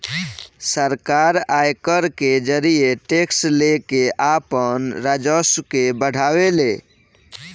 सरकार आयकर के जरिए टैक्स लेके आपन राजस्व के बढ़ावे ले